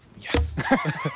Yes